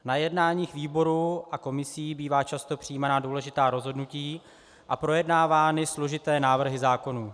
Na jednáních výborů a komisí bývají často přijímána důležitá rozhodnutí a projednávány složité návrhy zákonů.